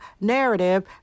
narrative